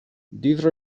these